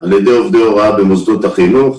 על ידי עובדי הוראה במוסדות החינוך.